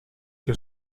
que